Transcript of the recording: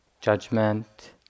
judgment